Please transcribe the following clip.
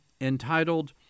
entitled